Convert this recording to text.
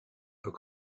are